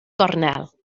gornel